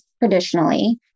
Traditionally